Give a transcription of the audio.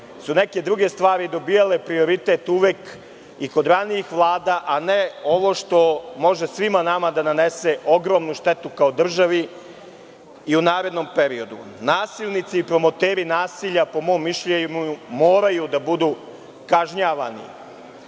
su neke druge stvari uvek dobijale prioritet i kod nekih ranijih vlada, a ne ovo što može svima nama da nanese ogromnu štetu kao državi i u narednom periodu. Nasilnici i promoteri nasilja po mom mišljenju moraju da budu kažnjavani.